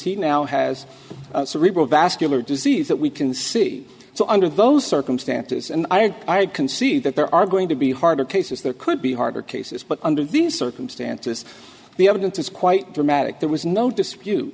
he now has cerebral vascular disease that we can see so under those circumstances and i can see that there are going to be harder cases there could be harder cases but under these circumstances the evidence is quite dramatic there was no dispute